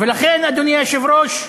לכן, אדוני היושב-ראש,